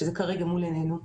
שזה כרגע מול עינינו,